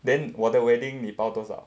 then 我的 wedding 你包多少